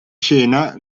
scena